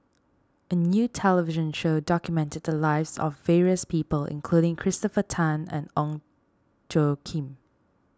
a new television show documented the lives of various people including Christopher Tan and Ong Tjoe Kim